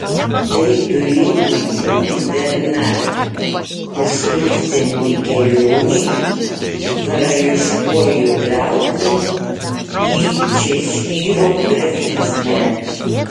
tai turėtų būti pernakt užtruksianti kelionė karališkuoju traukiniu į češyro grafystę